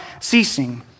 ceasing